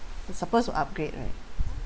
I'm supposed to upgrade right